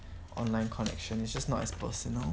online connection is just not as personal